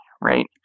right